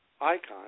icon